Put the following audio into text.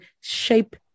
shape